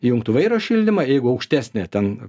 įjungtų vairo šildymą jeigu aukštesnė ten